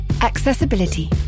Accessibility